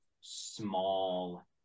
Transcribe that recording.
small